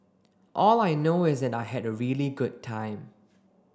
all I know is that I had a really good time